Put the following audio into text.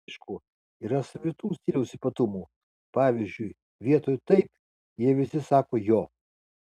aišku yra savitų stiliaus ypatumų pavyzdžiui vietoj taip jie visi sako jo